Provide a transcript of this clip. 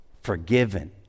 Forgiven